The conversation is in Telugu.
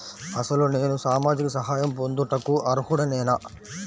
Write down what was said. అసలు నేను సామాజిక సహాయం పొందుటకు అర్హుడనేన?